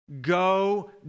go